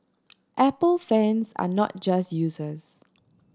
apple fans are not just users